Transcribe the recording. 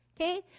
okay